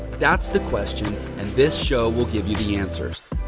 that's the question. and this show will give you the answers.